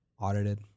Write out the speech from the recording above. Audited